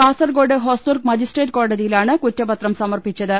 Kasaragod Hosdurg magistrate കോടതി യിലാണ് കുറ്റപത്രം സമർപ്പിച്ചത്